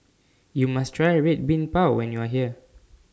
YOU must Try Red Bean Bao when YOU Are here